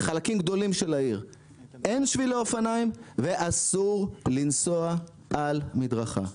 בחלקים גדולים של העיר אין שבילי אופניים ואסור לנסוע על מדרכה.